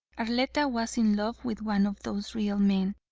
arletta was in love with one of those real men,